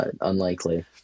unlikely